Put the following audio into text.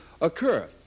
occur